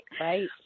Right